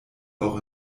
auch